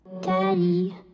Daddy